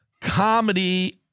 comedy